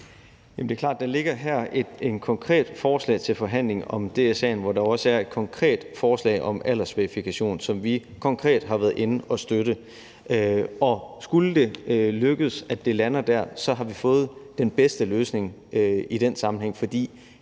her ligger et konkret forslag til forhandling om DSA'en, hvor der også er et forslag om aldersverifikation, som vi konkret har været inde at støtte. Og skulle det lykkes, at det lander der, har vi fået den bedste løsning i den sammenhæng, for